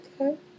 okay